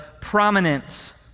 prominence